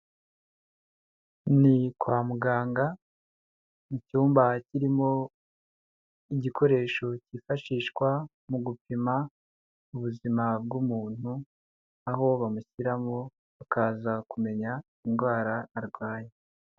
Ni kwa muganga, mu cyumba kirimo igikoresho cyifashishwa mu gupima ubuzima bw'umuntu, aho bamushyiramo bakaza kumenya indwara arwaye.